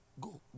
go